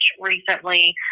recently